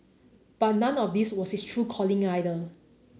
but none of this was his true calling either